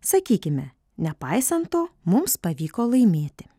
sakykime nepaisant to mums pavyko laimėti